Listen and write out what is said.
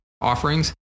offerings